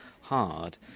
hard